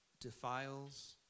defiles